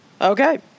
Okay